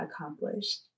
accomplished